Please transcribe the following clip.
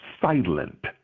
silent